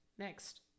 Next